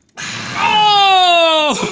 oh!